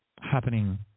happening